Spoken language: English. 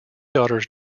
daughters